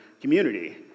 community